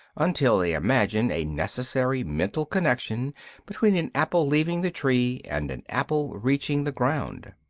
until they imagine a necessary mental connection between an apple leaving the tree and an apple reaching the ground.